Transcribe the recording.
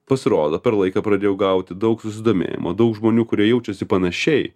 pasirodo per laiką pradėjau gauti daug susidomėjimo daug žmonių kurie jaučiasi panašiai